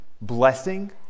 blessing